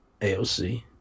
AOC